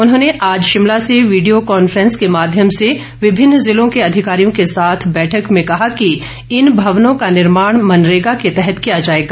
उन्होंने आज शिमला में वीडियो कांफ्रेंस के माध्यम से विभिन्न जिलों के अधिकारियों के साथ बैठक में कहा कि इन भवनों का निर्माण मनरेगा के तहत किया जाएगा